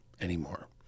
anymore